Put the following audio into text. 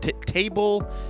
table